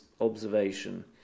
observation